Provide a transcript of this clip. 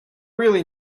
really